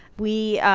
we